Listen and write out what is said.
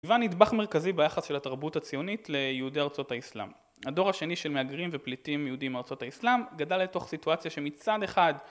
היווה נדבך מרכזי ביחס של התרבות הציונית ליהודי ארצות האסלאם. הדור השני של מהגרים ופליטים יהודים מארצות האסלאם גדל לתוך סיטואציה שמצד אחד